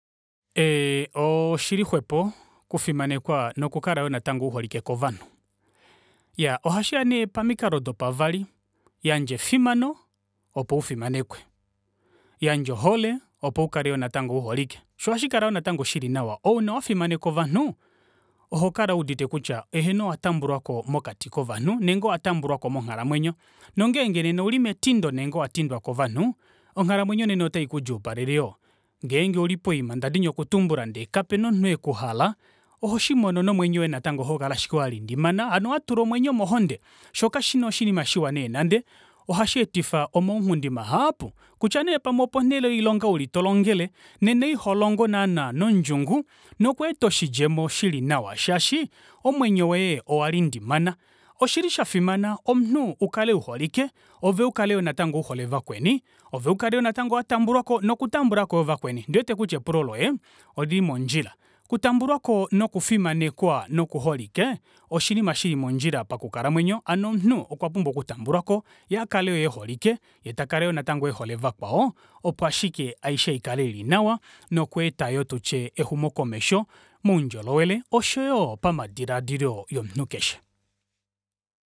Ee- oo- oshili xwepo oku fimanekwa noku kala yoo natango uholike kovanhu. Iyaa ohashiya nee pamikalo dopavali, yandja efimano opo ufimanekwe, yandja ohole opo yoo ukale natango uholike shoo ohashi kala yoo natango shili nawa ouna wafimaneka ovanhu ohokola wuudite kutya eheno owa tambulwako mokati kovanhu nenge owa tambulwako monghalamwenyo nongeenge nena ouli metindo nenge owa tindwa kovanhu onghalamwenyo nena ota ikudjuupalele yoo ngeenge ouli poima ndadini okutumbula kapena omunhu ekuhala ohoshimono nomwenyo woye natango ohau kukala ashike walindimana hano watula omwenyo mohonde shoo kashifi nee oshinima shiwa nande nande oha sheetifa omaunghundi mahaapu kutya nee pamwe oponele yoilonga ulipo tolongele nena iholongo naana nondjungu nokweeta oshindjemo shili nawa shaashi omwenyo woye owalindimana. Oshili shafimana omunhu ukale uholike ove ukale yoo natango uhole vakweni ove ukale yoo natango watambulwako noku tambulako yoo vakweni ondiwete kutya epulo loye olili mondjila. Okutambulwako nokufimanekwa noku holike oshinima shilimondjila pakukalamwenyo hano omunhu okwa pumbwa okutambulwako yee akale yoo eholike yee takala yoo natango ehole vakwao opo ashike aishe ikale ili nawa noku nokweeta yoo tutye exumokomesho moundjolowele oshoyo pamadilaadilo yomunhu keshe.